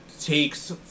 takes